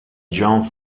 john